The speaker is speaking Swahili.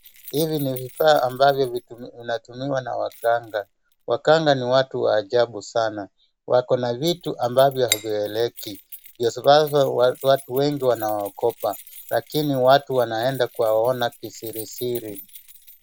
Hivi ni vifaa ambavyo vnatumiwa na waganga, waganga ni watu wa ajabu sana, wako na vitu ambavyo havieleweki, ndio sababu watu wengi wanaogopa lakini watu wanaenda kuwaona kisirisiri.